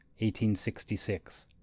1866